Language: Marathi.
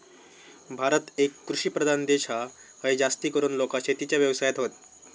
भारत एक कृषि प्रधान देश हा, हय जास्तीकरून लोका शेतीच्या व्यवसायात हत